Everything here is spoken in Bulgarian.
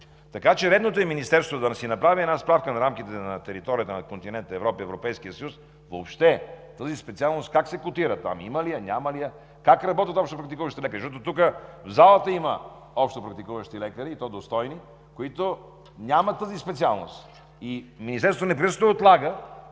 развитие. Редно е Министерството да си направи една справка в рамките на територията на континент Европа и Европейския съюз: въобще тази специалност как се котира там – има ли я, няма ли я, как работят общопрактикуващите лекари? Защото тук в залата има общопрактикуващи лекари, и то достойни, които нямат тази специалност. Министерството непрекъснато отлага